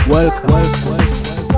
Welcome